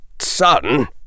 son